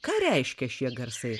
ką reiškia šie garsai